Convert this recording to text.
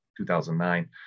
2009